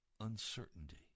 uncertainty